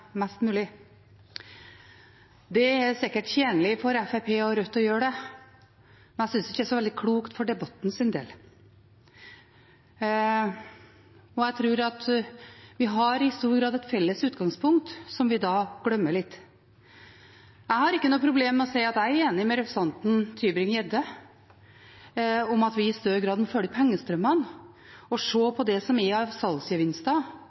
mest mulig. Det er sikkert tjenlig for Fremskrittspartiet og Rødt å gjøre det, men jeg synes ikke det er så veldig klokt for debattens del. Jeg tror vi i stor grad har et felles utgangspunkt, som vi da glemmer litt. Jeg har ikke noe problem med å si at jeg er enig med representanten Tybring-Gjedde i at vi i større grad må følge pengestrømmene og se på det som er av